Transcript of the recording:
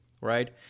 Right